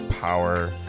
power